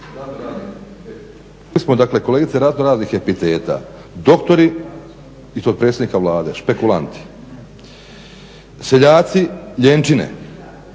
Hvala vam